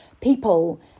people